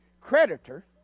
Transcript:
creditor